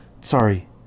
Sorry